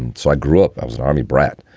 and so i grew up. i was an army brat.